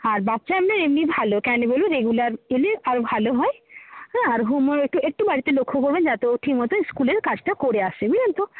আর বাচ্চা আপনার এমনি ভালো কেন বলুন রেগুলার এলে আরো ভালো হয় হ্যাঁ আর হোমওয়ার্ক একটু একটু বাড়িতে লক্ষ্য করবেন যাতে ও ঠিকমতো স্কুলের কাজটা করে আসে বুঝলেন তো